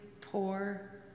poor